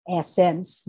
essence